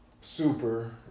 Super